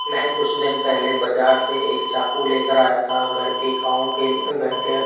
मैं कुछ दिन पहले बज़ार से एक चाकू लेकर आया था घर के काव घर के